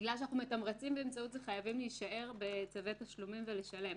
בגלל שאנחנו מתמרצים באמצעות זה חייבים להישאר בצווי תשלומים ולשלם.